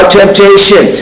temptation